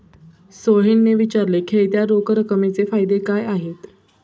सोहेलने विचारले, खेळत्या रोख रकमेचे फायदे काय आहेत?